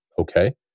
okay